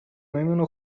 میمونه